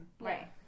Right